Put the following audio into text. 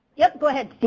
yes, go ahead, so